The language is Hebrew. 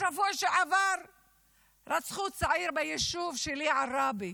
בשבוע שעבר רצחו צעיר ביישוב שלי, עראבה.